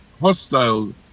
hostile